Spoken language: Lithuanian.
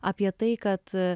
apie tai kad